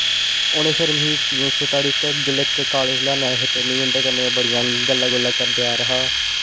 उनें फिर मिगी जिसले कालेज लेआना ही ते में उंदे कन्नै बड़ियां गल्ला गुल्लां करदे आदा हा